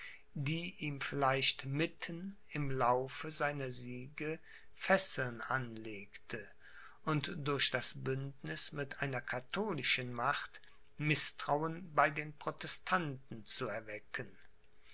die ihm vielleicht mitten im laufe seiner siege fesseln anlegte und durch das bündniß mit einer katholischen macht mißtrauen bei den protestanten zu erwecken